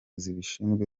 zibishinzwe